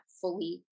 fully